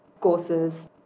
courses